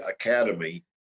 Academy